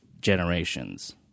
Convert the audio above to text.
generations